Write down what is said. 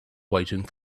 waiting